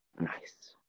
Nice